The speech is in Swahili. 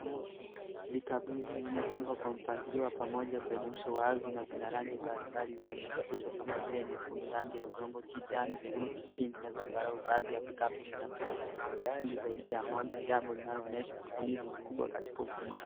Vikapu hivi vimepangwa kwa mpangilio wa pamoja kwenye uso wa ardhi na vina rangi mbali mbali zenye mvuto kama vile nyekundu, rangi ya udongo, kijani, blue , pink na zambarau. Baadhi ya vikapu vina mchanganyiko nyingi zaidi ya moja. Jambo linaloonyesha ubunifu mkubwa katika ufumaji.